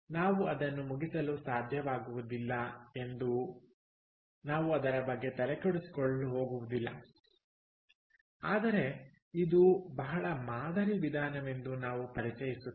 ನಾವು ಅದನ್ನು ಮುಗಿಸಲು ಸಾಧ್ಯವಾಗುವುದಿಲ್ಲ ಎಂದು ನಾವು ಅದರ ಬಗ್ಗೆ ತಲೆ ಕೆಡಿಸಿಕೊಳ್ಳಲು ಹೋಗುವುದಿಲ್ಲ ಆದರೆ ಇದು ಬಹಳ ಮಾದರಿ ವಿಧಾನವೆಂದು ನಾವು ಪರಿಚಯಿಸುತ್ತೇವೆ